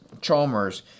chalmers